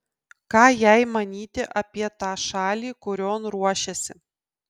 ką jai manyti apie tą šalį kurion ruošiasi